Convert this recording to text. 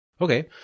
Okay